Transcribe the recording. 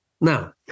Now